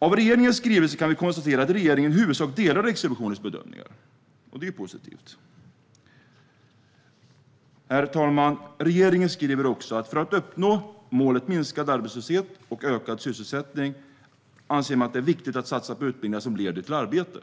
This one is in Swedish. talman! Av regeringens skrivelse kan vi konstatera att regeringen i huvudsak delar Riksrevisionens bedömningar. Det är positivt. Regeringen skriver också att man för att uppnå målet minskad arbetslöshet och ökad sysselsättning anser att det är viktigt att satsa på utbildningar som leder till arbete.